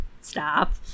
stop